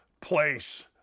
place